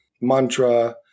mantra